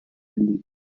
llit